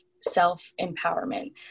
self-empowerment